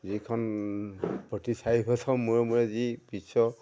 যিখন প্ৰতি চাৰি বছৰ মূৰে মূৰে যি বিশ্ৱ